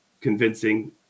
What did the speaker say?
convincing